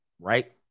Right